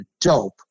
dope